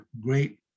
great